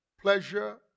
pleasure